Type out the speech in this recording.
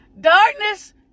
Darkness